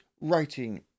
writing